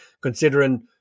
considering